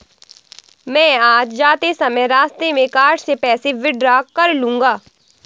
मैं आज जाते समय रास्ते में कार्ड से पैसे विड्रा कर लूंगा